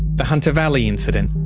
the hunter valley incident,